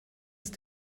ist